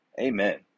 Amen